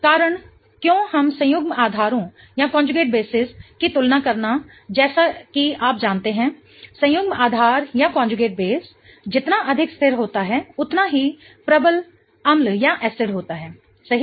कारण क्यों हम संयुग्म आधारों की तुलना करना जैसा कि आप जानते हैं संयुग्म आधार जितना अधिक स्थिर होता है उतना ही प्रबल अम्ल होता है सही